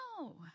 No